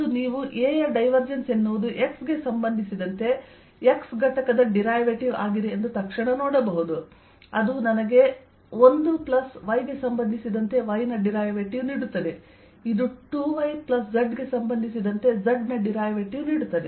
ಮತ್ತು ನೀವು A ಯ ಡೈವರ್ಜೆನ್ಸ್ ಎನ್ನುವುದು x ಗೆ ಸಂಬಂಧಿಸಿದಂತೆ x ಘಟಕದ ಡಿರೈವೇಟಿವ್ ಆಗಿದೆ ಎಂದು ತಕ್ಷಣ ನೋಡಬಹುದು ಅದು ನನಗೆ 1 ಪ್ಲಸ್ y ಗೆ ಸಂಬಂಧಿಸಿದಂತೆ y ನ ಡಿರೈವೇಟಿವ್ ನೀಡುತ್ತದೆ ಇದು 2y ಪ್ಲಸ್ zಗೆ ಸಂಬಂಧಿಸಿದಂತೆ zನ ಡಿರೈವೇಟಿವ್ನೀಡುತ್ತದೆ